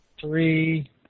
Three